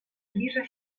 zbliża